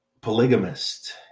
polygamist